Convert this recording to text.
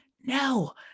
no